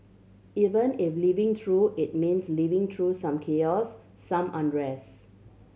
even if living through it means living through some chaos some unrest